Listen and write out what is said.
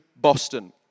Boston